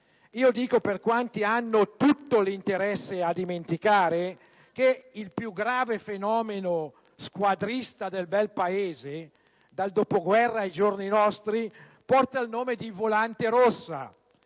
Dico, per quanti hanno tutto l'interesse a dimenticare, che il più grave fenomeno squadrista del bel Paese dal dopoguerra ai giorni nostri porta il nome di Volante Rossa,